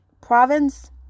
province